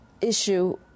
issue